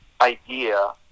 idea